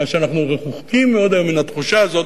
ואנחנו רחוקים מאוד מהתחושה הזאת,